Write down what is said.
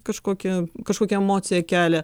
kažkokia kažkokią emociją kelia